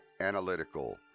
Analytical